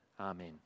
Amen